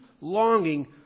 longing